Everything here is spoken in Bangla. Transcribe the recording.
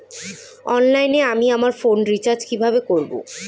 অনলাইনে আমি আমার ফোনে রিচার্জ কিভাবে করব?